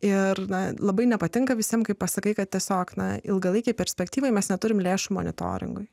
ir na labai nepatinka visiems kai pasakai kad tiesiog na ilgalaikėje perspektyvoje mes neturime lėšų monitoringui